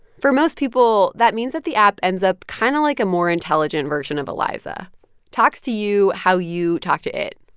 for most people, that means that the app ends up kind of like a more intelligent version of eliza talks to you how you talk to it,